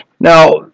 Now